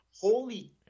holy